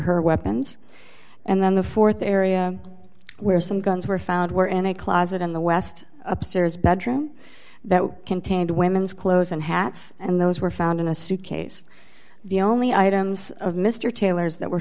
her weapons and then the th area where some guns were found were in a closet in the west upstairs bedroom that contained women's clothes and hats and those were found in a suitcase the only items of mr taylor's that were